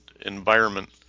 environment